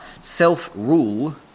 self-rule